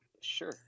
Sure